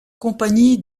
compagnie